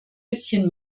bisschen